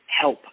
help